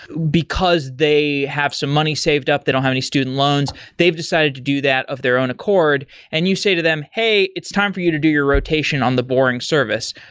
because they have some money saved up. they don't have any student loans. they've decided to do that of their own accord and you say to them, hey, it's time for you to do your rotation on the boring service.